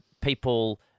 people